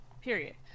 Period